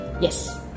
Yes